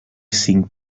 cinc